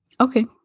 Okay